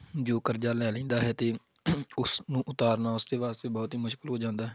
ਜੋ ਕਰਜ਼ਾ ਲੈ ਲੈਂਦਾ ਹੈ ਅਤੇ ਉਸਨੂੰ ਉਤਾਰਨ ਵਾਸਤੇ ਵਾਸਤੇ ਬਹੁਤ ਹੀ ਮੁਸ਼ਕਲ ਹੋ ਜਾਂਦਾ